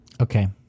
Okay